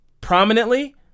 prominently